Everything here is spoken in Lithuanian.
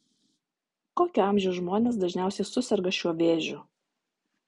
kokio amžiaus žmonės dažniausiai suserga šiuo vėžiu